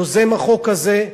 יוזם החוק הזה.